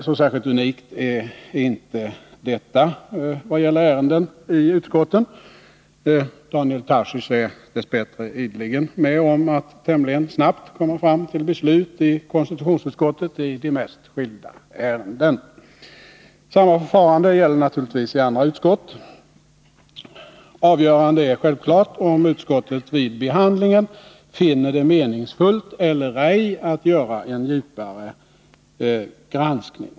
Så unikt är inte detta vad gäller behandlingen av ärenden i utskotten. Daniel Tarschys är dess bättre ideligen med om att tämligen snabbt komma fram till beslut i konstitutionsutskottet i de mest skilda ärenden. Samma förfarande gäller naturligtvis i andra utskott. Avgörande är självfallet om utskottet vid behandlingen finner det meningsfullt eller ej att göra en djupare granskning.